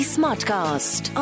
Smartcast